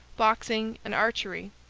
boxing, and archery.